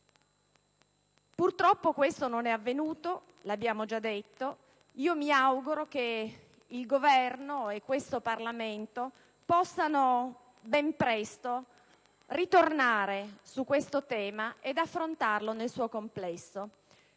Purtroppo questo non è avvenuto, lo abbiamo già detto: mi auguro che il Governo e il Parlamento possano ben presto ritornare sul tema e affrontarlo nel suo complesso,